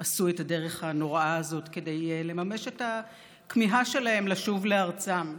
שעשו את הדרך הנוראה הזאת כדי לממש את הכמיהה שלהם לשוב לארצם.